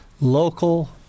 local